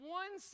one